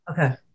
okay